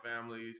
families